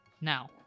now